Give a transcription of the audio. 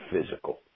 physical